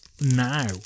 now